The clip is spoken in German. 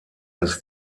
als